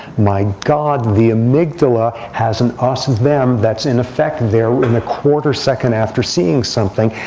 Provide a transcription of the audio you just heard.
my god, the amygdala has an us them that's, in effect, there in a quarter second after seeing something.